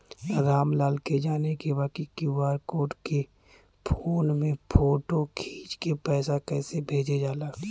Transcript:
राम लाल के जाने के बा की क्यू.आर कोड के फोन में फोटो खींच के पैसा कैसे भेजे जाला?